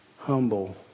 humble